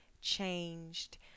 changed